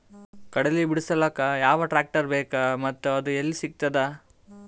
ಕಡಲಿ ಬಿಡಿಸಲಕ ಯಾವ ಟ್ರಾಕ್ಟರ್ ಬೇಕ ಮತ್ತ ಅದು ಯಲ್ಲಿ ಸಿಗತದ?